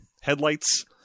Headlights